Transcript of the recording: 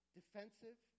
defensive